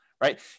right